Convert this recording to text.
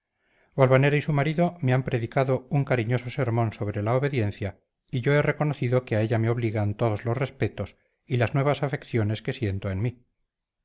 valvanera y su marido me han predicado un cariñoso sermón sobre la obediencia y yo he reconocido que a ella me obligan todos los respetos y las nuevas afecciones que siento en mí